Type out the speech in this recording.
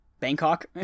Bangkok